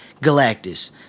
Galactus